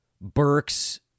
Burks